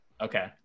Okay